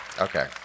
Okay